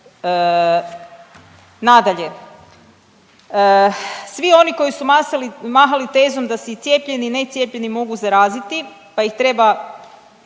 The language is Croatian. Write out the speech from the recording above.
Nadalje, svi oni koji su mahali tezom da se i cijepljeni i necijepljeni mogu zaraziti pa ih treba